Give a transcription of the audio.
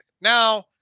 Now